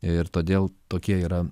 ir todėl tokie yra